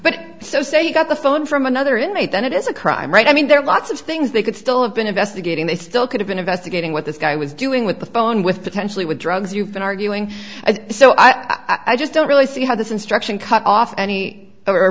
but so say you got the phone from another inmate then it is a crime right i mean there are lots of things they could still have been investigating they still could have been investigating what this guy was doing with the phone with potentially with drugs you've been arguing so i i just don't really see how this instruction cut off any